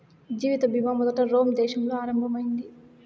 జీవిత బీమా మొదట రోమ్ దేశంలో ఆరంభం అయింది